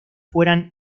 fueran